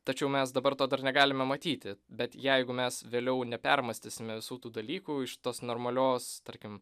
tačiau mes dabar to dar negalime matyti bet jeigu mes vėliau nepermąstysime visų tų dalykų iš tos normalios tarkim